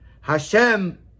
Hashem